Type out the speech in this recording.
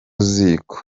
ziko